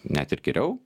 net ir geriau